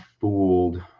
fooled